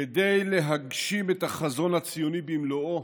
כדי להגשים את החזון הציוני במלואו